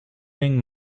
wing